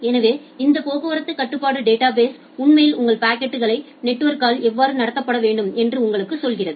எனவே இந்த போக்குவரத்து கட்டுப்பாட்டு டேட்டாபேஸ் உண்மையில் உங்கள் பாக்கெட்கள் நெட்வொர்க்கால் எவ்வாறு நடத்தபட வேண்டும் என்று உங்களுக்கு சொல்கிறது